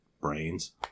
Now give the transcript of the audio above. brains